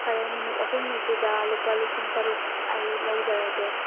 ꯐꯔꯦ ꯅꯨꯃꯤꯠ ꯑꯍꯨꯝꯅꯤꯁꯤꯗ ꯂꯨꯄꯥ ꯂꯤꯁꯤꯡ ꯇꯔꯨꯛ ꯑꯩ ꯂꯧꯖꯔꯒꯦ